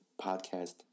podcast